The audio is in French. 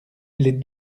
les